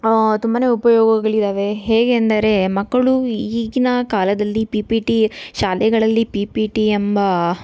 ತುಂಬಾ ಉಪಯೋಗಗಳಿದ್ದಾವೆ ಹೇಗೆ ಅಂದರೆ ಮಕ್ಕಳು ಈಗಿನ ಕಾಲದಲ್ಲಿ ಪಿ ಪಿ ಟಿ ಶಾಲೆಗಳಲ್ಲಿ ಪಿ ಪಿ ಟಿ ಎಂಬ